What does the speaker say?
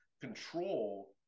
control